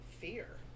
fear